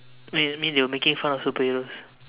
wait that means they were making fun of superheroes